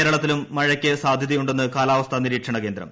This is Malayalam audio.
കേരളത്തിലും മഴക്ക് സാധ്യതയുണ്ടെന്ന് കാലാവസ്ഥാ നിരീക്ഷണ കേന്ദ്രം